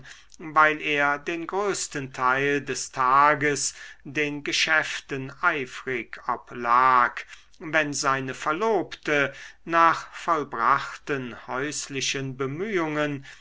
weil er den größten teil des tages den geschäften eifrig oblag wenn seine verlobte nach vollbrachten häuslichen bemühungen